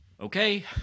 okay